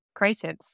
creatives